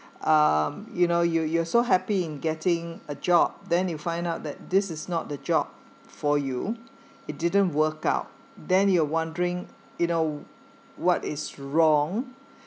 um you know you you're so happy in getting a job then you find out that this is not the job for you it didn't work out then you're wondering you know what is wrong